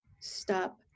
stop